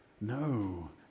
No